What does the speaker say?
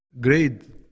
grade